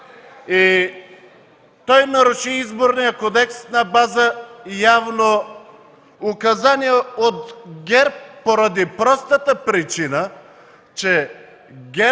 Той наруши Изборния кодекс на база явно указание на ГЕРБ поради простата причина, че ГЕРБ